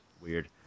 weird